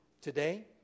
today